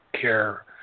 care